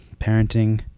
parenting